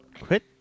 Quit